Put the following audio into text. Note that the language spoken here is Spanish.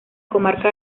comarca